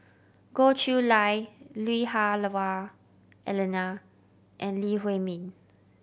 Goh Chiew Lye Lui Hah Wah Elena and Lee Huei Min